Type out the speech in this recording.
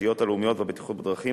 התשתיות הלאומיות והבטיחות בדרכים,